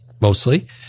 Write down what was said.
mostly